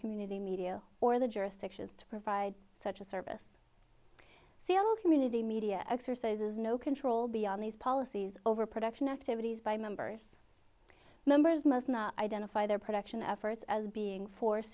community media or the jurisdictions to provide such a service seal of community media exercises no control beyond these policies overproduction activities by members members must not identify their production efforts as being for